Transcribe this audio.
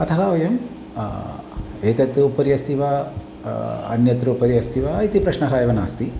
अतः वयम् एतत् उपरि अस्ति वा अन्यत्र उपरि अस्ति वा इति प्रश्नः एव नास्ति